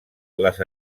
les